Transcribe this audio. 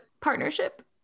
partnership